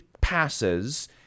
passes